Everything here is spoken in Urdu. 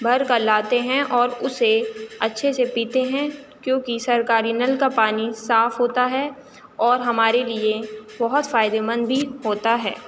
بھر کر لاتے ہیں اور اُسے اچھے سے پیتے ہیں کیوں کہ سرکاری نل کا پانی صاف ہوتا ہے اور ہمارے لیے بہت فائدے مند بھی ہوتا ہے